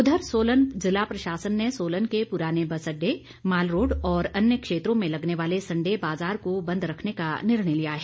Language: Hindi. उधर सोलन जिला प्रशासन ने सोलन के पुराने बस अड्डे मालरोड और अन्य क्षेत्रों में लगने वाले संडे बाजार को बंद रखने का निर्णय लिया है